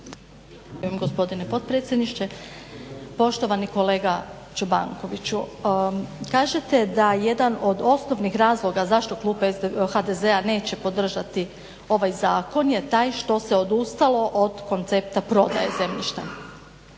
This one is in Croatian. (SDP)** Gospodine potpredsjedniče, poštovani Čobankoviću. Kažete da jedan od osnovnih razloga zašto Klub HDZ-a neće podržati ovaj zakon je taj što se odustalo od koncepta prodaje zemljišta,